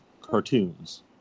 cartoons